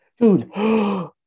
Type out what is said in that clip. Dude